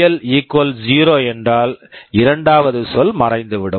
L VL 0 என்றால் இரண்டாவது சொல் மறைந்துவிடும்